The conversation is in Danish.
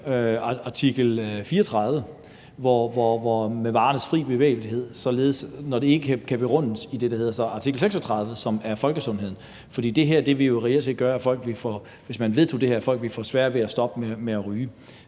artikel 34, om varernes fri bevægelighed, når det således ikke kan begrundes i det, der hedder artikel 36, som er folkesundheden. For hvis man vedtog det her, ville det jo reelt set gøre, at folk ville få sværere ved at stoppe med at ryge.